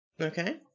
Okay